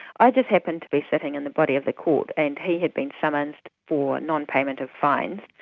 i just happened to be sitting in the body of the court and he had been summoned for non-payment of fines,